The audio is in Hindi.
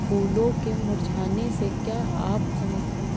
फूलों के मुरझाने से क्या आप समझते हैं?